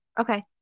Okay